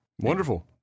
wonderful